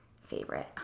favorite